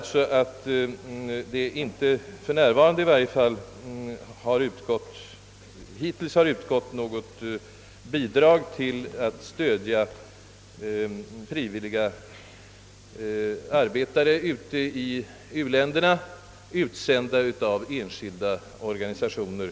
Jag konstaterar det väsentliga, nämligen att det i varje fall inte hittills har utgått något statligt bidrag till förmån för frivilliga arbetare i u-länderna, utsända av enskilda organisationer.